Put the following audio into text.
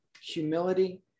humility